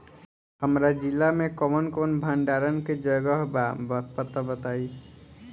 हमरा जिला मे कवन कवन भंडारन के जगहबा पता बताईं?